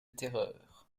terreur